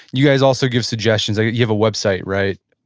you guys also give suggestions. you have a website, right?